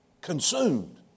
Consumed